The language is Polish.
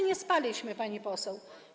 Nie spaliśmy, pani poseł.